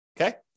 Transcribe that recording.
okay